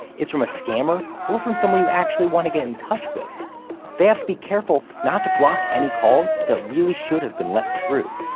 is from a scammer, or from someone you actually wanna get in touch with. they have to be careful not to block any calls that really should have been let through.